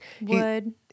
Wood